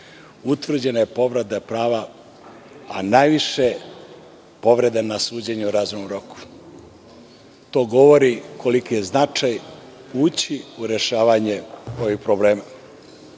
utvrđena je povreda prava, a najviše povreda na suđenje u razumnom roku. To govori koliki je značaj ući u rešavanje ovih problema. Ono